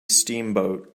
steamboat